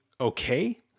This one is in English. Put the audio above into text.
okay